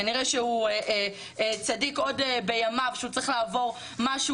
כנראה שהוא צדיק עוד בימיו שהוא צריך לעבור משהו